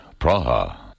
Praha